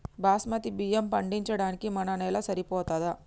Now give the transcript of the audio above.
బాస్మతి బియ్యం పండించడానికి మన నేల సరిపోతదా?